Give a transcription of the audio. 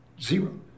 Zero